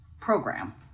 program